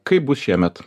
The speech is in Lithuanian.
kaip bus šiemet